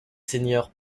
seigneurs